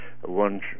One